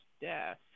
death